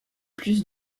plus